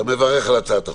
אתה מברך על הצעת החוק.